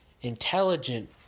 Intelligent